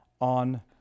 on